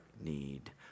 need